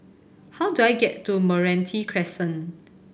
how do I get to Meranti Crescent